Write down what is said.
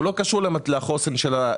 הוא לא קשור לחוסן של התושבים.